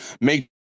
make